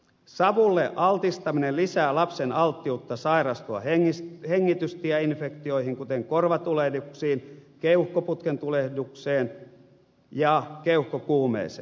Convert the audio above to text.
savulle altistuminen lisää lapsen alttiutta sairastua hengitystieinfektioihin kuten korvatulehduksiin keuhkoputkentulehdukseen ja keuhkokuumeeseen